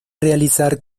realizar